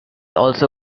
also